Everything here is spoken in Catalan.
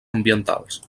ambientals